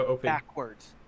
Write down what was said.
backwards